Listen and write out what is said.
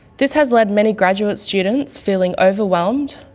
this has led many graduate students feeling overwhelmed,